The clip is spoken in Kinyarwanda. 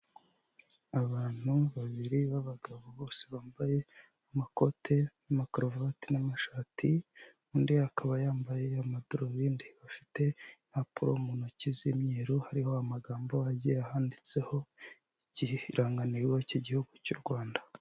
Abantu babiri b'abagabo bose bambaye amakote n'amakaruvati n'amashati, undi akaba yambaye amadarubindi bafite impapuro mu ntoki z'imyeru, hariho amagambo agiye ahanditseho ikirangantego cy'Igihugu cy'u Rwanda.